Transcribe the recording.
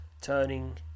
turning